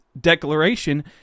declaration